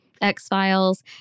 X-Files